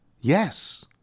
Yes